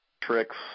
tricks